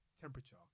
temperature